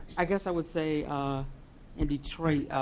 i guess i would say in detroit,